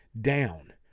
down